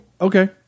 Okay